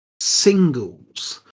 singles